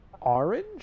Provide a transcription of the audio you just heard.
Orange